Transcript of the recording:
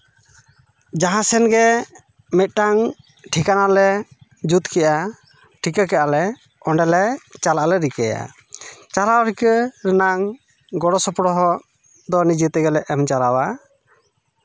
ᱡᱟᱦᱟᱸ ᱥᱮᱱ ᱜᱮ ᱢᱤᱫᱴᱟᱝ ᱴᱷᱤᱠᱟᱱᱟ ᱞᱮ ᱡᱩᱛ ᱠᱮᱜᱼᱟ ᱴᱷᱤᱠᱟᱹ ᱠᱮᱜᱼᱟ ᱞᱮ ᱚᱸᱰᱮᱞᱮ ᱪᱟᱞᱟᱜ ᱞᱮ ᱨᱤᱠᱟᱹᱭᱟ ᱪᱟᱞᱟᱣ ᱨᱤᱠᱟᱹ ᱨᱮᱱᱟᱝ ᱜᱚᱲᱚ ᱥᱚᱯᱚᱦᱚᱫ ᱫᱚ ᱱᱤᱡᱮ ᱛᱮᱜᱮᱞᱮ ᱮᱢ ᱪᱟᱞᱟᱣᱼᱟ